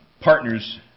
partners